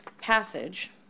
passage